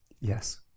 yes